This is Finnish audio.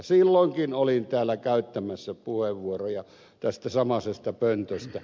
silloinkin olin täällä käyttämässä puheenvuoroja tästä samaisesta pöntöstä